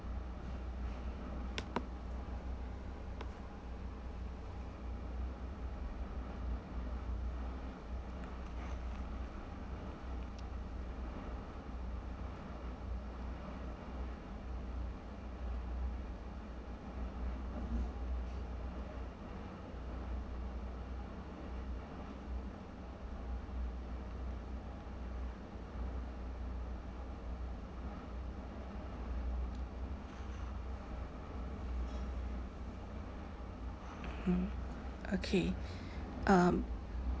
mm okay um